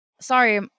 Sorry